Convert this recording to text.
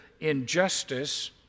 injustice